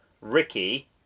Ricky